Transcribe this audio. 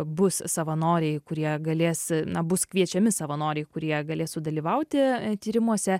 bus savanoriai kurie galės na bus kviečiami savanoriai kurie galės sudalyvauti tyrimuose